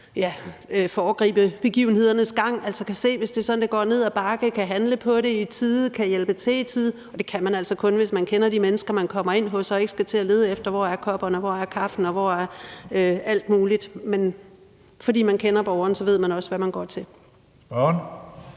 at foregribe begivenhedernes gang. Hvis man kan se, at det går ned ad bakke, kan man handle på det i tide og hjælpe til i tide. Og det kan man altså kun, hvis man kender de mennesker, man kommer ind hos, og ikke skal til at lede efter, hvor kopperne er, hvor kaffen er, og hvor alt muligt er. Men fordi man kender borgeren, ved man også, hvordan man går til det.